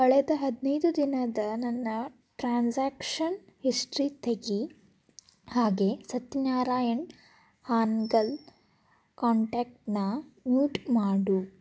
ಕಳೆದ ಹದಿನೈದು ದಿನದ ನನ್ನ ಟ್ರಾನ್ಸಾಕ್ಷನ್ ಹಿಸ್ಟ್ರಿ ತೆಗಿ ಹಾಗೇ ಸತ್ಯನಾರಾಯಣ್ ಹಾನ್ಗಲ್ ಕಾಂಟ್ಯಾಕ್ಟನ್ನ ಮ್ಯೂಟ್ ಮಾಡು